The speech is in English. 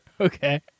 okay